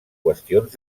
qüestions